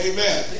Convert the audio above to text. Amen